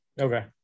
Okay